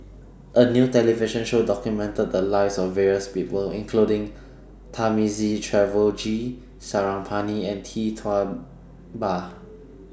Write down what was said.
A New television Show documented The Lives of various People including Thamizhavel G Sarangapani and Tee Tua Ba